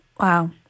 Wow